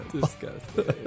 Disgusting